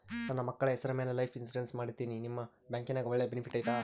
ನನ್ನ ಮಕ್ಕಳ ಹೆಸರ ಮ್ಯಾಲೆ ಲೈಫ್ ಇನ್ಸೂರೆನ್ಸ್ ಮಾಡತೇನಿ ನಿಮ್ಮ ಬ್ಯಾಂಕಿನ್ಯಾಗ ಒಳ್ಳೆ ಬೆನಿಫಿಟ್ ಐತಾ?